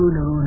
no